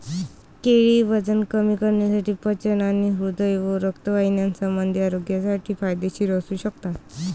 केळी वजन कमी करण्यासाठी, पचन आणि हृदय व रक्तवाहिन्यासंबंधी आरोग्यासाठी फायदेशीर असू शकतात